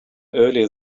earlier